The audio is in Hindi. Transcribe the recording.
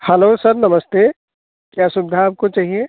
हलो सर नमस्ते क्या सुविधा आपको चाहिए